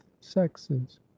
sexes